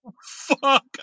fuck